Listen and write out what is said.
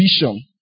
vision